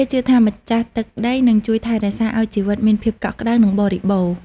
គេជឿថា ម្ចាស់ទឹកដីនឹងជួយថែរក្សាឲ្យជីវិតមានភាពកក់ក្តៅ និងបរិបូរណ៍។